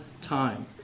time